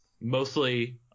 Mostly